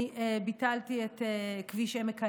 אני ביטלתי את כביש עמק האלה,